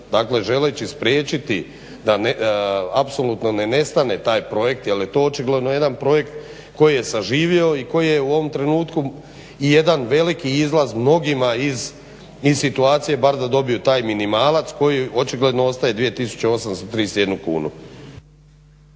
dakle želeći spriječiti da apsolutno ne nestane taj projekt jer je to očigledno jedan projekt koji je saživio i koji je u ovom trenutku jedan veliki izlaz mnogima iz situacije bar da dobiju taj minimalac koji očigledno ostaje 2831 kunu.